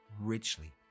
richly